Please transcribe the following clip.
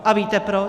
A víte proč?